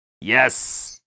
yes